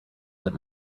that